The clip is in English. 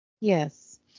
Yes